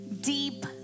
deep